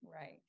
right